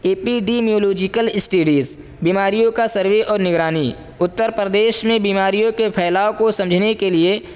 ای P D new logical studies بیماریوں کا survey اور نگرانی اترپردیش میں بیماریوں کے پھیلاؤ کو سمجھنے کے لیے